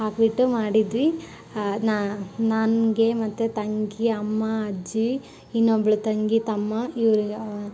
ಹಾಕಿಬಿಟ್ಟು ಮಾಡಿದ್ವಿ ನನಗೆ ಮತ್ತು ತಂಗಿ ಅಮ್ಮ ಅಜ್ಜಿ ಇನ್ನೊಬ್ಳು ತಂಗಿ ತಮ್ಮ ಇವ್ರಿಗೆ